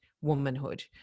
womanhood